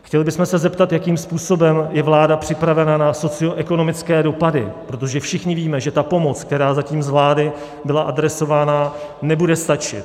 Chtěli bychom se zeptat, jakým způsobem je vláda připravena na socioekonomické dopady, protože všichni víme, že ta pomoc, která zatím z vlády byla adresována, nebude stačit.